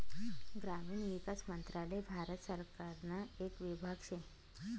ग्रामीण विकास मंत्रालय भारत सरकारना येक विभाग शे